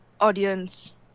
audience